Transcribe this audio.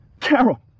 Carol